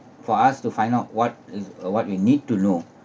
for us to find out what is uh what we need to know